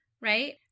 right